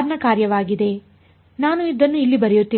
r ನ ಕಾರ್ಯವಾಗಿದೆ ನಾನು ಅದನ್ನು ಇಲ್ಲಿ ಬರೆಯುತ್ತಿಲ್ಲ